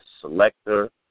selector